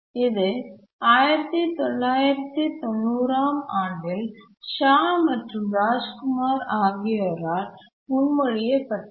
இது 1990 ஆம் ஆண்டில் ஷா மற்றும் ராஜ்குமார் ஆகியோரால் முன்மொழியப்பட்டது